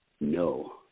No